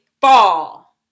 fall